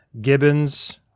gibbons